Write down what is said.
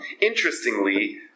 interestingly